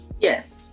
Yes